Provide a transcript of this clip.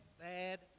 bad